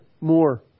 more